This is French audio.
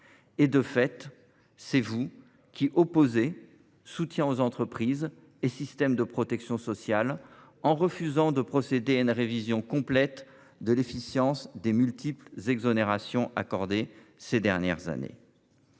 social. C’est vous qui opposez de fait soutien aux entreprises et système de protection sociale, en refusant de procéder à une révision complète de l’efficience des multiples exonérations accordées ces dernières années.